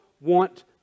want